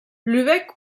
lübeck